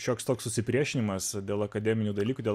šioks toks susipriešinimas dėl akademinių dalykų dėl